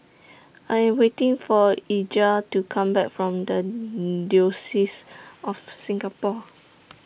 I Am waiting For Eligah to Come Back from The Diocese of Singapore